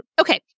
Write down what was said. Okay